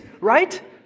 right